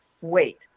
wait